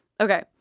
Okay